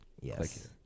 yes